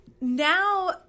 now